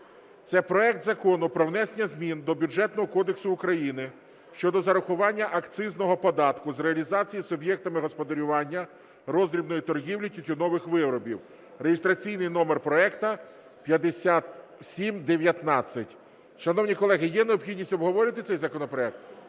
це проект Закону про внесення змін до Бюджетного кодексу України щодо зарахування акцизного податку з реалізації суб’єктами господарювання роздрібної торгівлі тютюнових виробів (реєстраційний номер проекту 5719). Шановні колеги, є необхідність обговорювати цей законопроект?